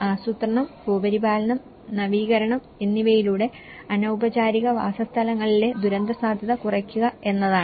ആസൂത്രണം ഭൂപരിപാലനം നവീകരണം എന്നിവയിലൂടെ അനൌപചാരിക വാസസ്ഥലങ്ങളിലെ ദുരന്തസാധ്യത കുറയ്ക്കുക എന്നതാണ്